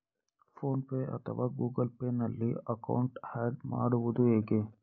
Phone pay ಅಥವಾ Google Pay ನಲ್ಲಿ account add ಮಾಡುವುದು ಹೇಗೆ?